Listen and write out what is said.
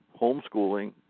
homeschooling